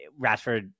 Rashford